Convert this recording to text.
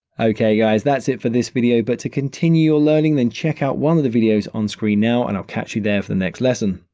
okay, guys, that's it for this this video, but to continue your learning, then check out one of the videos on-screen now and i'll catch you there for the next lesson.